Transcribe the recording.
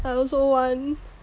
I also want